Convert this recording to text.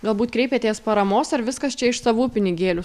galbūt kreipėtės paramos ar viskas čia iš savų pinigėlių